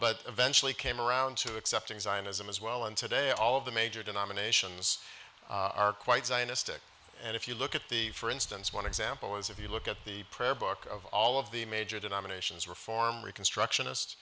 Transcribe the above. but eventually came around to accepting zionism as well and today all of the major denominations are quite zionistic and if you look at the for instance one example is if you look at the prayer book of all of the major denominations reform reconstructionis